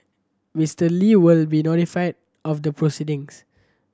Mister Li will be notified of the proceedings